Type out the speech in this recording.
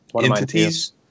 entities